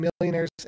millionaires